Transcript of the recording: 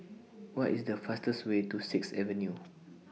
What IS The fastest Way to Sixth Avenue